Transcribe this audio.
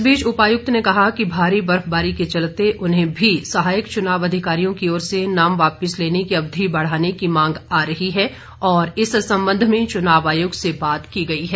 इस बीच उपायुक्त ने कहा कि भारी बर्फबारी के चलते उन्हें भी सहायक चुनाव अधिकारियों की ओर से नाम वापिस लेने की अवधि बढ़ाने की मांग आ रही है और इस संबंध में चुनाव आयोग से बात की गई है